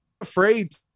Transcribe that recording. afraid